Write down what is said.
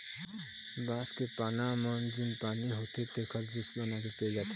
बांस के पाना म जेन पानी होथे तेखर जूस बना के पिए जाथे